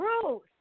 truth